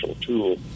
tool